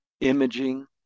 imaging